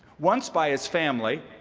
once by his family,